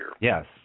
Yes